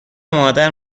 مادر